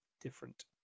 different